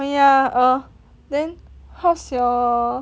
!aiya! err then how's your